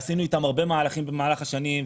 עשינו איתם הרבה מהלכים במהלך השנים,